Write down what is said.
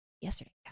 yesterday